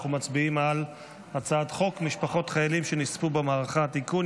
אנחנו מצביעים על הצעת חוק משפחות חיילים שנספו במערכה (תיקון,